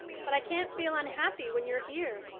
but i can't feel unhappy when you're here.